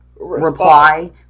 reply